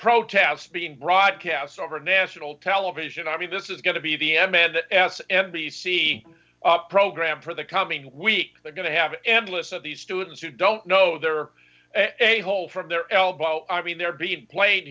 protests being broadcast over national television i mean this is going to be the m and s and b c program for the coming week they're going to have endless of these students who don't know there are a hole from their elbow i mean they're being played